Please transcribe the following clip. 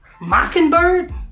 Mockingbird